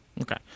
Okay